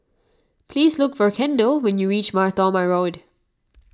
please look for Kendall when you reach Mar Thoma Road